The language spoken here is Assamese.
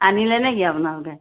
আনিলে নেকি আপোনালোকে